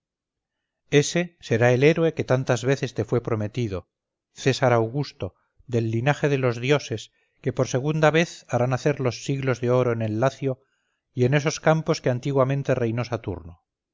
ese será el héroe que tantas veces te fue prometido césar augusto del linaje de los dioses que por segunda vez hará nacer los siglos de oro en el lacio y en esos campos que antiguamente reinó saturno